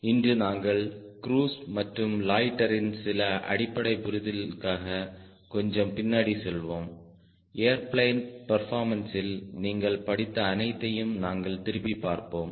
இன்று நாங்கள் க்ரூஸ் மற்றும் லொய்ட்டரின் சில அடிப்படை புரிதலுக்காக கொஞ்சம் பின்னாடி செல்வோம் ஏர்பிளேன் பெர்போர்மன்ஸில் நீங்கள் படித்த அனைத்தையும் நாங்கள் திருப்பிப் பார்ப்போம்